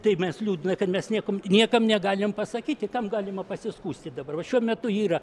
tai mes liūdna kad mes niekam niekam negalim pasakyti kam galima pasiskųsti dabar vat šiuo metu yra